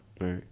Right